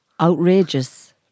outrageous